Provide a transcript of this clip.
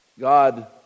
God